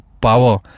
power